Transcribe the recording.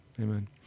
amen